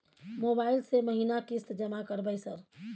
Mobile से महीना किस्त जमा करबै सर?